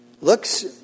looks